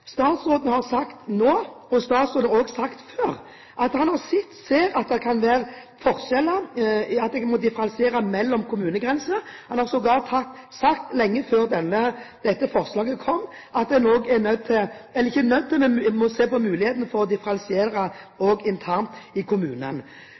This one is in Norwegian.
Statsråden har sagt nå – som statsråder har sagt før – at han på sikt ser at en må differensiere mellom kommunegrenser. Han har sågar sagt, lenge før dette forslaget kom, at en må se på mulighetene for å differensiere også internt i kommunene. Her opplever jeg at hele bevisbyrden i saken er overveldende på